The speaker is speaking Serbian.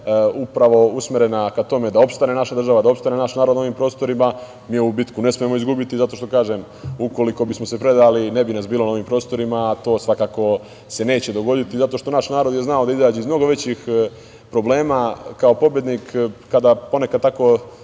upravo usmerena ka tome da opstane naša država, da opstane naš narod na ovim prostorima. Mi ovu bitku ne smemo izgubiti, jer ukoliko bismo se predali ne bi nas bilo na ovim prostorima, a to se svakako neće dogoditi zato što je naš narod znao da izađe iz mnogo većih problema kao pobednik. Kada ponekad tako